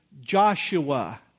Joshua